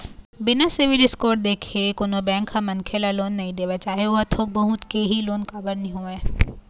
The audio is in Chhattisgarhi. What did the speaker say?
बिना सिविल स्कोर देखे कोनो बेंक ह मनखे ल लोन नइ देवय चाहे ओहा थोक बहुत के ही लोन काबर नीं होवय